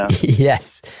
Yes